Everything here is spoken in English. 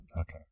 Okay